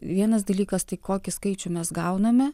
vienas dalykas tai kokį skaičių mes gauname